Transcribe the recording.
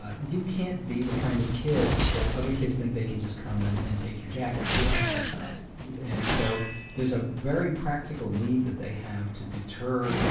ah you can't be the kind of kid that other kids think they can just come and and take your jacket. you have to be tough. and so there's a very practical need that they have to deter